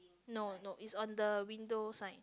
no no it's on the window sign